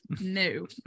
No